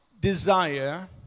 desire